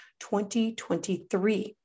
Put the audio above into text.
2023